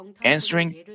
Answering